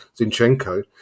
Zinchenko